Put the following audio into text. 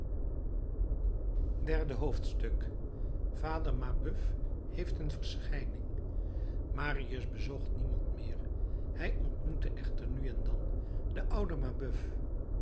derde hoofdstuk vader mabeuf heeft een verschijning marius bezocht niemand meer hij ontmoette echter nu en dan den ouden mabeuf